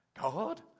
God